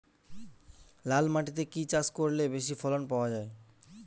লাল মাটিতে কি কি চাষ করলে বেশি ফলন পাওয়া যায়?